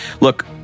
Look